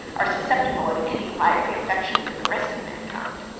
are susceptible of any lively affection for the rest of mankind.